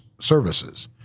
services